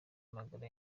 magara